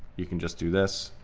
you can just do this.